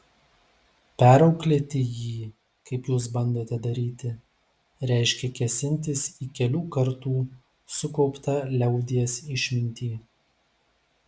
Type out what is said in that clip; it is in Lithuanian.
perauklėti jį kaip jūs bandote daryti reiškia kėsintis į kelių kartų sukauptą liaudies išmintį